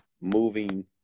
moving